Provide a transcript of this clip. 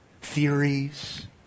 theories